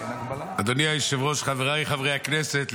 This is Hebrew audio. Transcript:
אדוני היושב-ראש, חבריי חברי הכנסת.